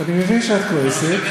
אני מבין שאת כועסת,